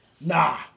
Nah